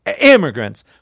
Immigrants